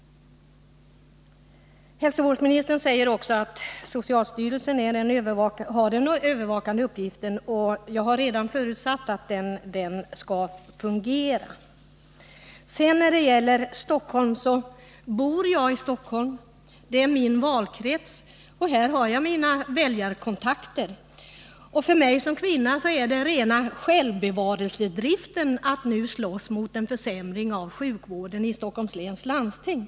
Hälsovårdsministern säger att socialstyrelsen har den övervakande uppgiften, och jag vill i anslutning till det säga att jag förutsatt att den övervakningen skall fungera. Vad sedan gäller mitt intresse för förhållandena i Stockholm vill jag säga att det beror på att jag bor i Stockholm. Stockholm är min valkrets, och här har jag mina väljarkontakter. För mig som kvinna är det ren självbevarelsedrift som gör att jag slåss mot en försämring av sjukvården i Stockholms läns landsting.